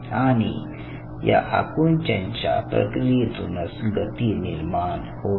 आणि या आकुंचनच्या प्रक्रियेतूनच गती निर्माण होते